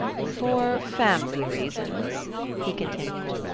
for family reasons he continued.